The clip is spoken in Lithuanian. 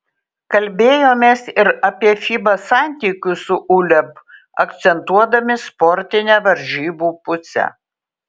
kalbėjomės ir apie fiba santykius su uleb akcentuodami sportinę varžybų pusę